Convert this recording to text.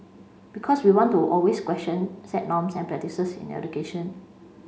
because we want to always question set norms and practices in education